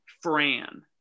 Fran